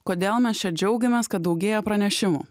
kodėl mes čia džiaugiamės kad daugėja pranešimų